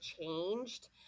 changed